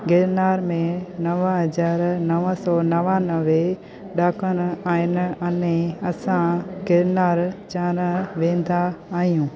गिरनार में नव हज़ार नव सौ नवानवे ॾाकण आहिनि अने असां गिरनार चढ़णु वेंदा आहियूं